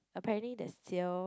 apparently there is sale